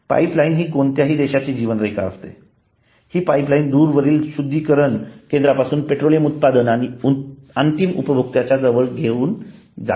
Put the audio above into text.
pipeline ही कोणत्याही देशाची जीवनरेखा असते हि पाइपलाइनच दूरवरील शुद्धीकरण केंद्रापासून पेट्रोलियम उत्पादन अंतिम उपभोक्त्याच्या जवळ घेऊन जाते